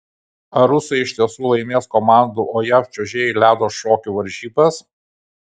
ar rusai iš tiesų laimės komandų o jav čiuožėjai ledo šokių varžybas